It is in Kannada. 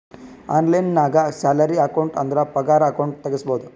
ಆನ್ಲೈನ್ ನಾಗ್ ಸ್ಯಾಲರಿ ಅಕೌಂಟ್ ಅಂದುರ್ ಪಗಾರ ಅಕೌಂಟ್ ತೆಗುಸ್ಬೋದು